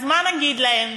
אז מה נגיד להם?